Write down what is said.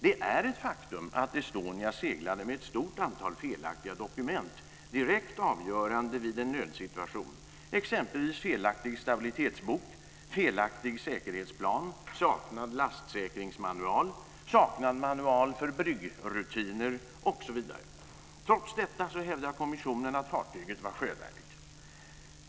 Det är ett faktum att Estonia seglade med ett stort antal felaktiga dokument, direkt avgörande vid en nödsituation, exempelvis felaktig stabilitetsbok, felaktig säkerhetsplan, saknad lastsäkringsmanual, saknad manual för bryggrutiner, osv. Trots detta hävdar kommissionen att fartyget var sjövärdigt.